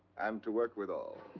and to work withal.